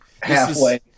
halfway